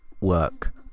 work